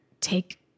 take